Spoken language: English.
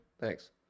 Thanks